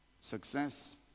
Success